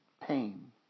pain